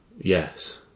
Yes